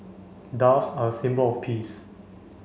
doves are a symbol of peace